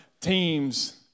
teams